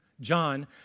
John